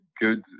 good